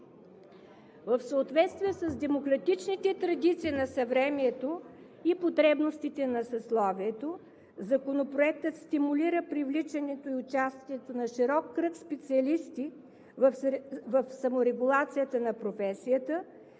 В съответствие с демократичните традиции на съвремието и потребностите на съсловието Законопроектът стимулира привличането и участието на широк кръг специалисти в саморегулацията на професията,